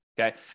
okay